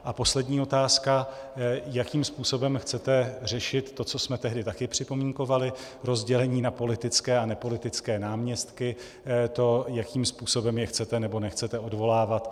A poslední otázka: Jakým způsobem chcete řešit to, co jsme tehdy také připomínkovali, rozdělení na politické a nepolitické náměstky, to, jakým způsobem je chcete nebo nechcete odvolávat?